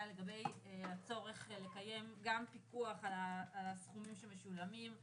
לגבי הצורך לקיים גם פיקוח על הסכומים שמשולמים,